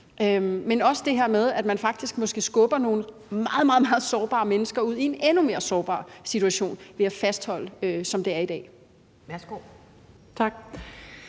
men også det her med, at man måske faktisk skubber nogle meget, meget sårbare mennesker ud i en endnu mere sårbar situation ved at fastholde det, som det er i dag. Kl.